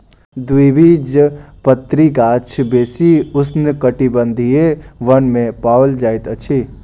द्विबीजपत्री गाछ बेसी उष्णकटिबंधीय वन में पाओल जाइत अछि